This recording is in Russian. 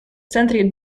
центре